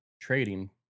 trading